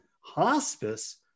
Hospice